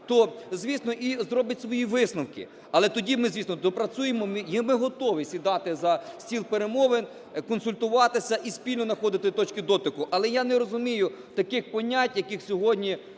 то звісно, і зробить свої висновки. Але тоді ми, звісно, доопрацюємо і ми готові сідати за стіл перемовин, консультуватися і спільно находити точки дотику. Але я не розумію таких понять, яких сьогодні,